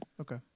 Okay